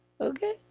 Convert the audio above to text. Okay